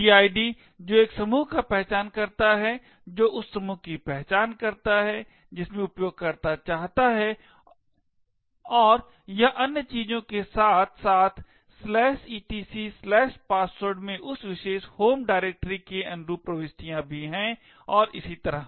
gid जो एक समूह का पहचानकर्ता है जो उस समूह की पहचान करता है जिसमें उपयोगकर्ता चाहता है और यह अन्य चीज़ों के साथ साथ etcpassword में उस विशेष home directory के अनुरूप प्रविष्टियां भी है और इसी तरह